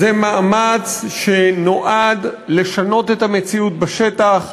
זה מאמץ שנועד לשנות את המציאות בשטח,